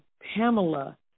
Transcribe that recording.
Pamela